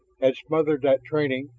had smothered that training,